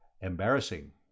Embarrassing